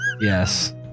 Yes